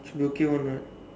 should be okay [one] [what]